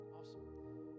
Awesome